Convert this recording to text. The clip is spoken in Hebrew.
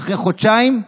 אחרי חודשיים,